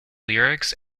lyrics